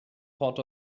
port